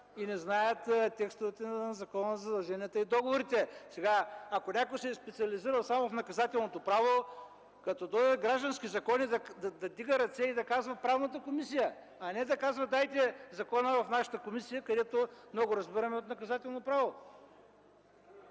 и не знаят текстовете на Закона за задълженията и договорите. Ако някой се е специализирал само в наказателното право, като дойдат граждански закони, да вдига ръце и да казва: „Правната комисия!”, а не да казва: „Дайте закона в нашата комисия, където много разбираме от наказателно право”.